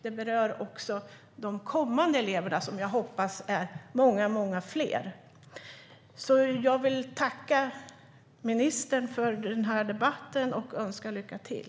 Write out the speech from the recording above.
De berör också de kommande eleverna, som jag hoppas är många fler. Jag tackar ministern för debatten och önskar lycka till.